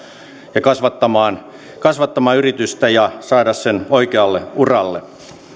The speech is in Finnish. ja kasvattamaan kasvattamaan yritystä ja saada sen oikealle uralle